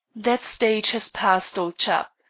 that stage has passed, old chap.